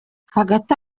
hagati